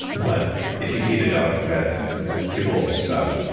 but if you feed a dog that that kibble stuff,